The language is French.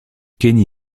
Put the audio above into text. kenny